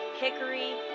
Hickory